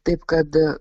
taip kad